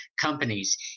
companies